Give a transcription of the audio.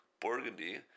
Burgundy